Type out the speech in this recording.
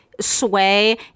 sway